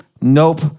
Nope